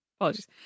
Apologies